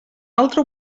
altra